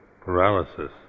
paralysis